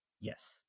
Yes